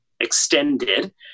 extended